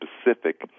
specific